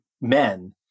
men